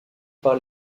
par